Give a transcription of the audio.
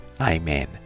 Amen